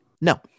No